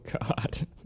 God